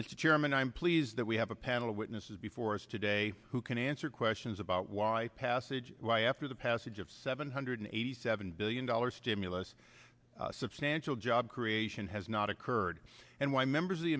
chairman i'm pleased that we have a panel of witnesses before us today who can answer questions about why passage why after the passage of seven hundred eighty seven billion dollars stimulus substantial job creation has not occurred and why members of the